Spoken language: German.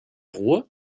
ruhr